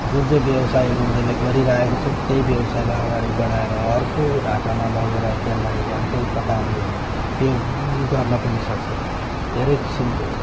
जुन चाहिँ व्यवसायहरू उनीहरूले गरिरहेको छन् त्यही व्यवसायलाई अगाडि बढाएर अर्को ढाँचामा लगेर त्यसलाई अर्कै प्रकारले त्यो गर्न पनि सक्छन् धेरै किसिमको छ